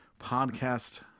podcast